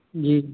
जी